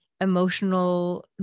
emotional